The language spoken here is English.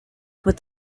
with